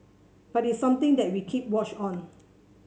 but it's something that we keep watch on